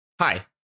Hi